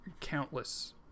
countless